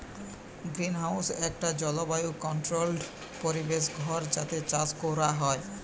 greenhouse একটা জলবায়ু controlled পরিবেশ ঘর যাতে চাষ কোরা হয়